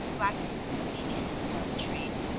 blackbirds singing in its elm trees,